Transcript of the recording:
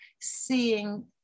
seeing